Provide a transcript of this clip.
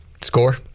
Score